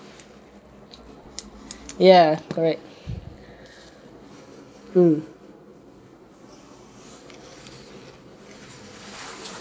ya correct um